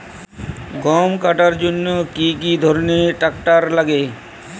গম কাটার জন্য কি ধরনের ট্রাক্টার লাগে?